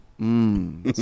Mmm